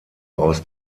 aus